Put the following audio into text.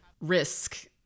risk